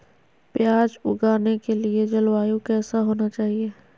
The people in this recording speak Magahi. प्याज उगाने के लिए जलवायु कैसा होना चाहिए?